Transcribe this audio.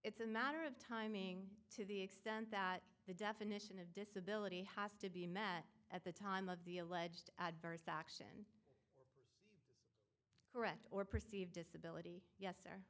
it's a matter of timing to the extent that the definition of disability has to be met at the time of the alleged adverse action correct or perceived disability